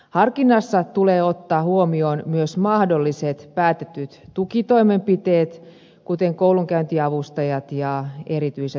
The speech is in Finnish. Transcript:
harkinnassa tulee ottaa huomioon myös mahdolliset päätetyt tukitoimenpiteet kuten koulunkäyntiavustajat ja erityiset apuvälineet